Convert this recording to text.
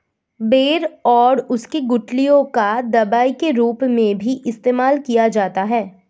बेर और उसकी गुठलियों का दवाई के रूप में भी इस्तेमाल किया जाता है